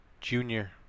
Junior